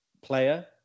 player